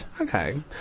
Okay